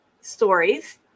stories